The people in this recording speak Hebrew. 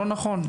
לא נכון,